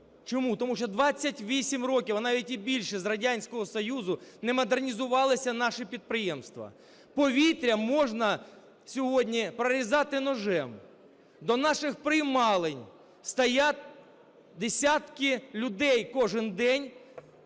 чому? Тому що 28 років, а навіть і більше, з Радянського Союзу, не модернізувалися наші підприємства. Повітря можна сьогодні прорізати ножем. До наших приймалень стоять десятки людей кожен день,